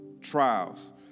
Trials